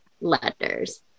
letters